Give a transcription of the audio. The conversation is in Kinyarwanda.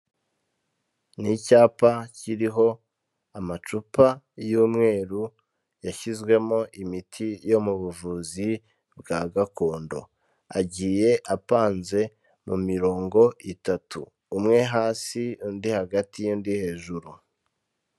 Ni icyapa kiriho amacupa y'umweru, yashyizwemo imiti yo mu buvuzi bwa gakondo. Agiye apanze mu mirongo itatu, umwe hasi undi hagati undi hejuru.